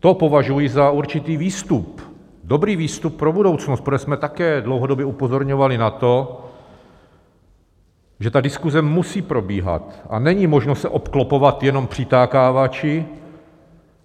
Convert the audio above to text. To považuji za určitý výstup, dobrý výstup pro budoucnost, protože jsme také dlouhodobě upozorňovali na to, že ta diskuze musí probíhat a není možno se obklopovat jenom přitakávači,